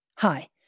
Hi